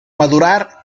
madurar